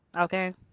Okay